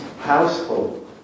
household